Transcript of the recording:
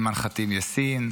אימאן ח'טיב יאסין.